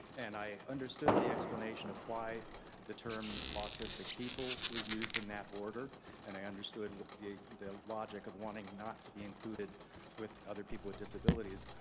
and i understood the explanation of why the term autistic people was used in that order and i understood the the logic of wanting not to be included with other people with disabilities.